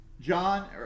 John